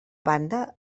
banda